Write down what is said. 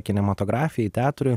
kinematografijai teatrui